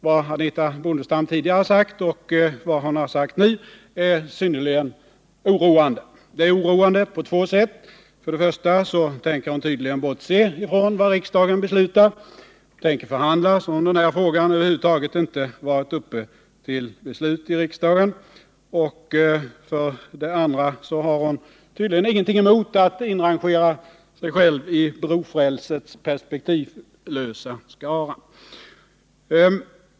Vad Anitha Bondestam tidigare har sagt och vad hon nu har sagt är synnerligen oroande av två skäl. För det första därför att hon tydligen tänker bortse från vad riksdagen beslutar. Hon tänker förhandla som om den här frågan över huvud taget inte varit uppe till beslut i riksdagen. För det andra har hon tydligen inget emot att inrangera sig själv i brofrälsets perspektivlösa skara.